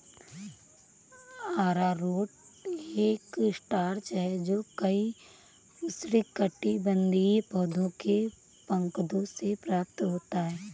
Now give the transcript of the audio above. अरारोट एक स्टार्च है जो कई उष्णकटिबंधीय पौधों के प्रकंदों से प्राप्त होता है